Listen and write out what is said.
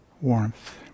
Warmth